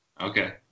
Okay